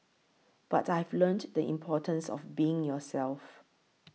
but I've learnt the importance of being yourself